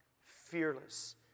fearless